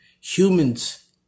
Humans